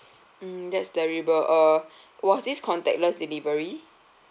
mm that's terrible err was this contactless delivery